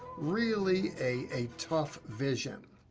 really a tough vision.